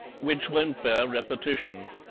which won't bear repetition.